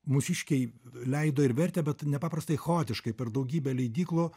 mūsiškiai leido ir vertė bet nepaprastai chaotiškai per daugybę leidyklų